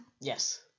Yes